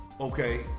Okay